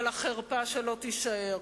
אבל החרפה שלו תישאר,